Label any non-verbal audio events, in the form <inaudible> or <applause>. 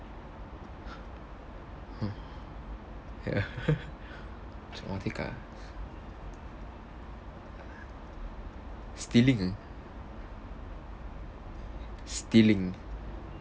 <breath> hmm ya <laughs> traumatic ah stealing ah stealing